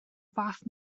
fath